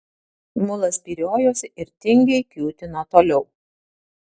mulas spyriojosi ir tingiai kiūtino toliau